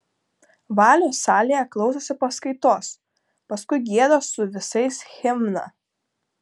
valius salėje klausosi paskaitos paskui gieda su visais himną